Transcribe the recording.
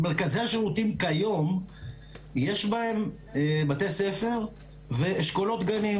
במרכזי השירותים כיום יש בתי ספר ואשכולות גנים